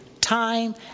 Time